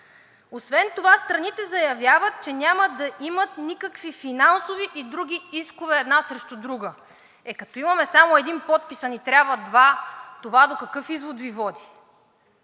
Освен това страните заявяват, че няма да имат никакви финансови и други искове една срещу друга. Е, като имаме само един подпис, а ни трябват два, до какъв извод Ви води